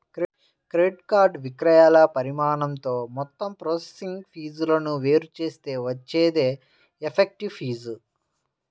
credit card విక్రయాల పరిమాణంతో మొత్తం ప్రాసెసింగ్ ఫీజులను వేరు చేస్తే వచ్చేదే ఎఫెక్టివ్ ఫీజు